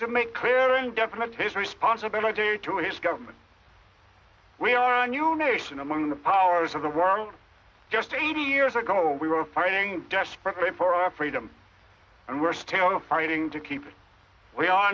to make clear and definite his responsibility to his government we are a new nation among the powers of the world just eighty years ago we were fighting desperately for our freedom and we're still fighting to keep we are